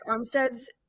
Armstead's